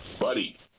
Buddy